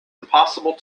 impossible